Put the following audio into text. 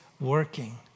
working